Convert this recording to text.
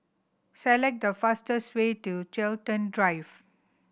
select the fastest way to Chiltern Drive